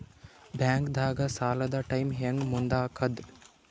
ಬ್ಯಾಂಕ್ದಾಗ ಸಾಲದ ಟೈಮ್ ಹೆಂಗ್ ಮುಂದಾಕದ್?